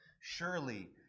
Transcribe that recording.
Surely